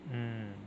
mm